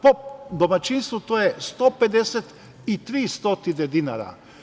Po domaćinstvu to je 150 i 300 dinara.